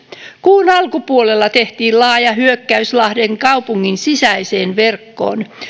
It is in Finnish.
kuun alkupuolella tehtiin laaja hyökkäys lahden kaupungin sisäiseen verkkoon